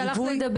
תודה.